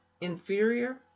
inferior